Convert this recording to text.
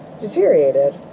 deteriorated